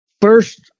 first